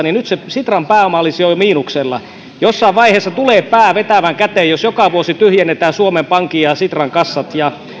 niin nyt se sitran pääoma olisi jo miinuksella jossain vaiheessa tulee pää vetävän käteen jos joka vuosi tyhjennetään suomen pankin ja ja sitran kassat ja